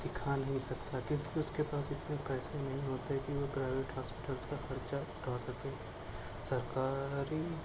دکھا نہیں سکتا کیوں کہ اس کے پاس اتنے پیسے نہیں ہوتے کہ وہ پرائیویٹ ہاسپیٹل کا خرچہ اٹھا سکے سرکاری